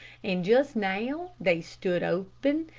and just now they stood open,